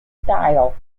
style